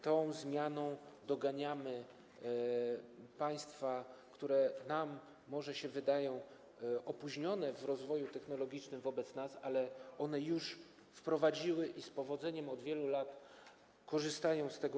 Tą zmianą doganiamy państwa, które nam może się wydają opóźnione w rozwoju technologicznym wobec nas, ale one już wprowadziły ten system i z powodzeniem od wielu lat korzystają z niego.